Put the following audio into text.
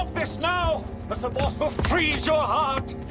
this now, or sir boss will freeze your heart.